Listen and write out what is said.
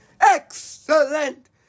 Excellent